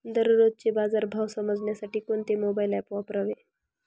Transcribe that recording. दररोजचे बाजार भाव समजण्यासाठी कोणते मोबाईल ॲप वापरावे?